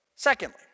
Secondly